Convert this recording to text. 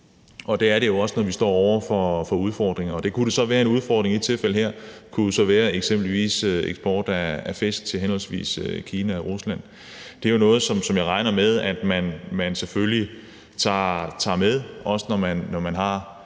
Og det er det jo også, når vi står over for udfordringer. Og en udfordring i det tilfælde her kunne jo så være f.eks. eksport af fisk til henholdsvis Kina og Rusland. Det er jo noget, som jeg regner med at man selvfølgelig tager med, også når man har